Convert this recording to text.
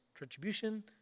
retribution